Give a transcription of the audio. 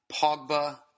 Pogba